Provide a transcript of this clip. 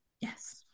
Yes